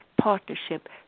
partnership